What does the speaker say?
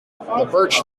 birch